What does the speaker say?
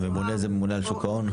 הממונה זה ממונה על שוק ההון?